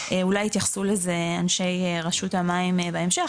אולי יתייחסו לזה אנשי רשות המים בהמשך,